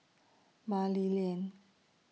Mah Li Lian